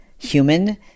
human